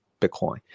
bitcoin